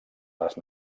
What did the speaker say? les